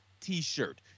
T-shirt